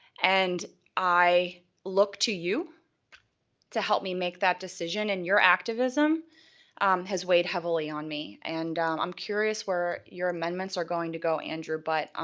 and i look to you to help me make that decision, and your activism has weighed heavily on me and i'm curious where your amendments are going to go, andrew, but